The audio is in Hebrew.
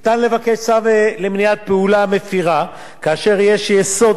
ניתן לבקש צו למניעת פעולה מפירה כאשר יש יסוד